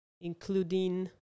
including